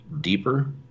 deeper